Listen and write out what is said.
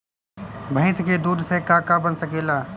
भइस के दूध से का का बन सकेला?